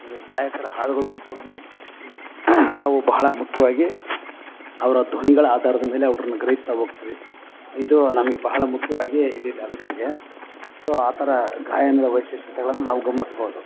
ಇದು ಗಾಯಕರ ಹಾಡುಗಳನ್ನು ಕೂಡ ನಾವು ಬಹಳ ಮುಖ್ಯವಾಗಿ ಅವರ ಧ್ವನಿಗಳ ಆಧಾರದ ಮೇಲೆ ಔಡ್ರನ್ ಗ್ರಹಿಸ್ತಾ ಹೋಗ್ತೀವಿ ಇದು ನಮಗೆ ಬಹಳ ಮುಖ್ಯವಾಗಿ ಇದಿದು ಅದಕ್ಕಾಗಿ ಸೊ ಆ ಥರ ಗಾಯನದ ವಿಶಿಷ್ಟತೆಗಳನ್ನ ನಾವು ಗಮನಿಸ್ಬೌದು